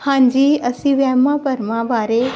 ਹਾਂਜੀ ਅਸੀਂ ਵਹਿਮਾਂ ਭਰਮਾਂ ਬਾਰੇ